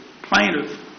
plaintiff